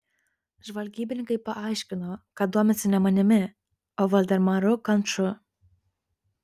žvalgybininkai paaiškino kad domisi ne manimi o valdemaru kanču